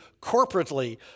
corporately